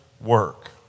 work